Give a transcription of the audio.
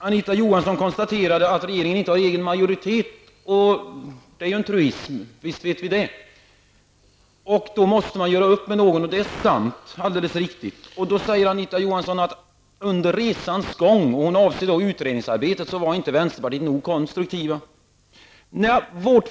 Anita Johansson konstaterade att regeringen inte har egen majoritet. Det är ju en truism; visst vet vi det. Man måste då göra upp med någon. Det är alldeles riktigt. Anita Johansson säger då att under resans gång -- och avser då utredningsarbetet -- var inte vänsterpartiet tillräckligt konstruktivt.